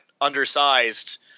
undersized